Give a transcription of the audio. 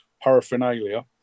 paraphernalia